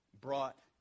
brought